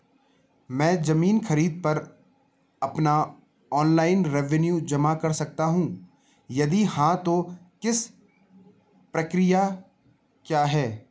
मैं ज़मीन खरीद पर अपना ऑनलाइन रेवन्यू जमा कर सकता हूँ यदि हाँ तो इसकी प्रक्रिया क्या है?